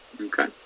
Okay